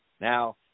Now